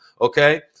okay